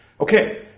Okay